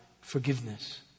forgiveness